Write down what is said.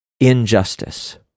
injustice